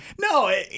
no